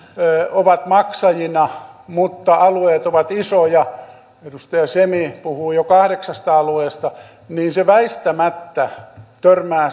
ovat maksajina mutta alueet ovat isoja edustaja semi puhuu jo kahdeksasta alueesta niin se väistämättä törmää